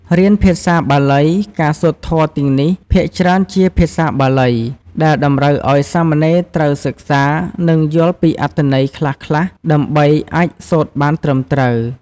រៀនភាសាបាលី ការសូត្រធម៌ទាំងនេះភាគច្រើនជាភាសាបាលី ដែលតម្រូវឱ្យសាមណេរត្រូវសិក្សា និងយល់ពីអត្ថន័យខ្លះៗ ដើម្បីអាចសូត្របានត្រឹមត្រូវ។